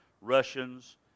Russians